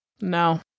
No